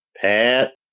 Pat